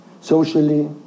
socially